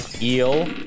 eel